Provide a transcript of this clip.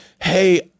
hey